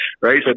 Right